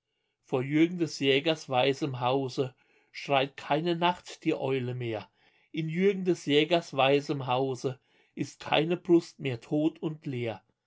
vor jürgen des jägers weißem hause schreit keine nacht die eule mehr in jürgen des jägers weißem hause ist keine brust mehr tot und leer